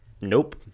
Nope